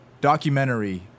documentary